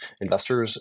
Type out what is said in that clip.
investors